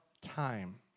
time